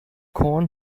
corn